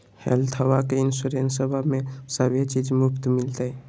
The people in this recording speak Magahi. हेल्थबा के इंसोरेंसबा में सभे चीज मुफ्त मिलते?